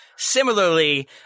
Similarly